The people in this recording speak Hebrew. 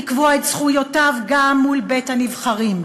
לקבוע את זכויותיו גם מול בית-הנבחרים,